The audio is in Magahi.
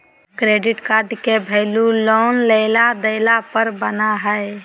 क्रेडिट कार्ड के वैल्यू लोन लेला देला पर बना हइ